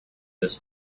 this